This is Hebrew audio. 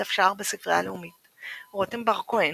דף שער בספרייה הלאומית רותם בר כהן,